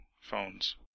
phones